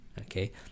okay